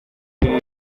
tenía